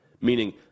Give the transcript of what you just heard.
Meaning